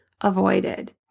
avoided